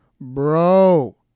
Bro